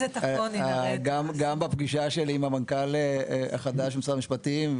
גם בפגישה שלי עם המנכ"ל החדש של משרד המשפטים,